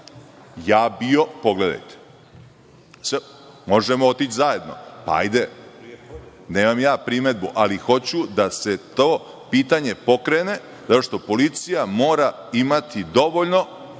sam bio, pogledajte. Možemo otići zajedno, hajde, nemam ja primedbu, ali hoću da se to pitanje pokrene zato što policija mora imati dovoljno